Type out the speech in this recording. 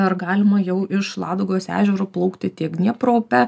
ar galima jau iš ladogos ežero plaukti tiek dniepro upe